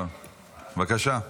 בבקשה.